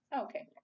okay